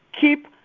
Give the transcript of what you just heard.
Keep